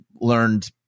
learned